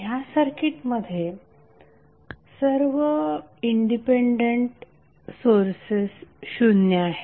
ह्या सर्किटमध्ये सर्व इंडिपेंडेंट सोर्सेस शुन्य आहेत